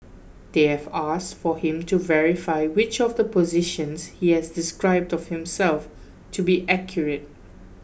they have asked for him to verify which of the positions he has described of himself to be accurate